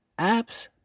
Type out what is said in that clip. apps